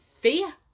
fear